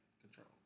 control